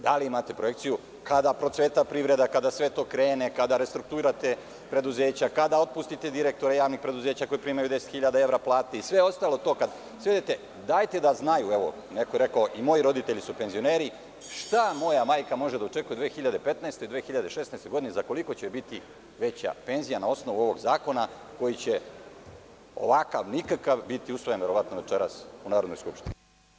Da li imate projekciju, kada procveta privreda, kada sve to krene, kada restruktuirate preduzeća, kada otpustite direktore javnih preduzeća koji primaju 10 hiljada evra plate i sve ostalo kad svedete, dajte da znaju, neko je rekao – i moji roditelji su penzioneri, šta moja majka može da očekuje 2015. i 2016. godine, za koliko će joj biti veća penzija na osnovu ovog zakona koji će ovakav nikakav biti usvojen, verovatno večeras, u Narodnoj skupštini?